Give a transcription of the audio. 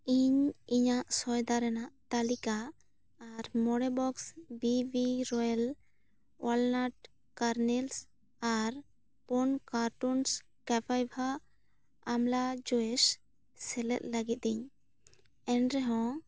ᱤᱧ ᱤᱧᱟᱹᱜ ᱥᱚᱭᱫᱟ ᱨᱮᱭᱟᱜ ᱛᱟᱹᱞᱤᱠᱟ ᱟᱨ ᱢᱚᱬᱮ box B B royal walnut kernels ᱟᱨ ᱯᱩᱱᱠᱟᱨᱴᱩᱥ ᱠᱮᱯᱟᱭᱵᱷᱟ ᱟᱢᱞᱟ ᱡᱚᱭᱮᱥ ᱥᱮᱞᱮᱫ ᱞᱟᱹᱜᱤᱫ ᱤᱧ ᱮᱱᱨᱮᱦᱚᱸ